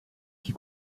qui